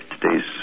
today's